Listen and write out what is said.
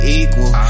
equal